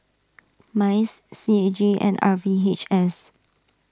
Mice C A G and R V H S